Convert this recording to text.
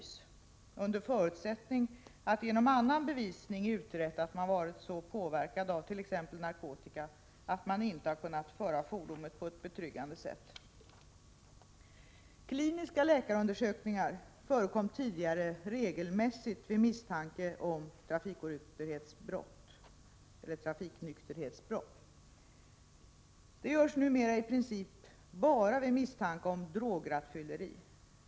1987/88:67 förutsättning att det genom annan bevisning är utrett att man har varit så 11 februari 1988 påverkad av t.ex. narkotika att man inte kunnat föra fordonet på ett betryggande sätt. Kliniska läkarundersökningar förekom tidigare regelmässigt vid misstanke om trafiknykterhetsbrott. De görs numera i princip bara vid misstanke om drograttfylleri.